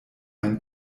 ein